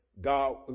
God